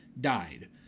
died